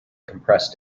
compressed